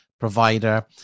provider